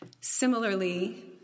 Similarly